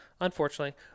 unfortunately